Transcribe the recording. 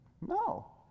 No